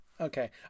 Okay